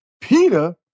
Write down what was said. Peter